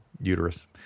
uterus